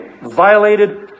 violated